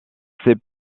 sait